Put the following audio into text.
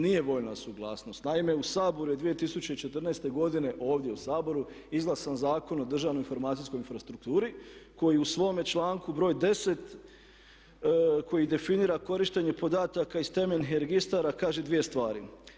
Nije voljna suglasnost, naime u Saboru je 2014. godine, ovdje u Saboru izglasan Zakon o državnoj informacijskoj infrastrukturi koji u svome članku br. 10., koji definira korištenje podataka iz temeljnih registara, kaže 2 stvari.